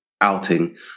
outing